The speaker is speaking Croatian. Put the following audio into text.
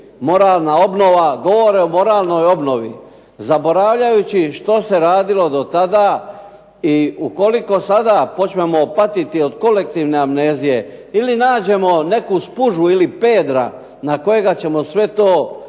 moralna obnova, govore o moralnoj obnovi. Zaboravljajući što se radilo do tada i ukoliko sada počnemo patiti od kolektivne amnezije ili nađemo neku spužvu ili Pedra na kojega ćemo sve to baciti,